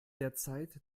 derzeit